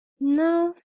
No